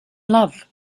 love